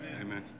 Amen